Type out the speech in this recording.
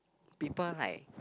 people like